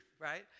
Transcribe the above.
right